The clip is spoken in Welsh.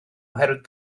oherwydd